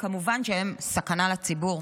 כמובן שהם סכנה לציבור.